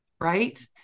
right